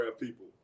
people